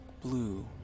blue